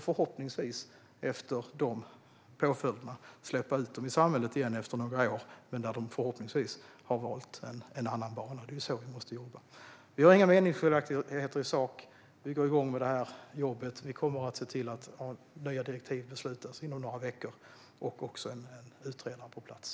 Förhoppningsvis kan vi, efter dessa påföljder, släppa ut dem i samhället igen efter några år. Förhoppningsvis har de då valt en annan bana. Det är så vi måste jobba. Vi har inga meningsskiljaktigheter i sak. Vi sätter igång detta jobb, och vi kommer att se till att nya direktiv beslutas inom några veckor. En utredare kommer också att finnas på plats.